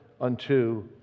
unto